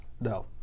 No